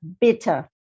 bitter